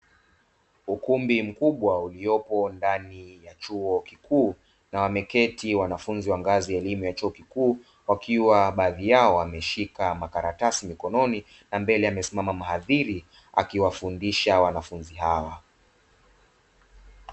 Ukumbi mkubwa uliopo ndani ya chuo kikuu, na wameketi wanafunzi wa ngazi ya elimu ya chuo kikuu wakiwa baadhi yao wameshika makaratasi mkononi, na mbele amesimama mhadhiri akiwandisha wanafunzi hawa.